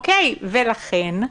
לכן,